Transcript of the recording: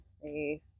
space